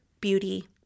beauty